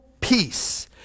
peace